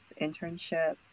internship